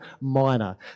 Minor